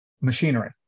machinery